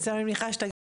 אני מניחה שאתה גם